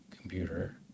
computer